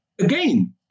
again